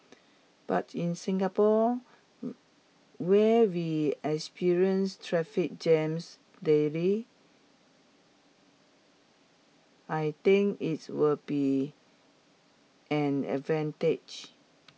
but in Singapore where we experience traffic jams daily I think its will be an advantage